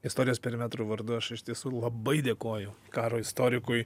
istorijos perimetro vardu aš iš tiesų labai dėkoju karo istorikui